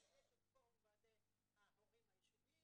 אבל יש את פורום ועדי ההורים היישוביים